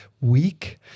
weak